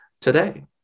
today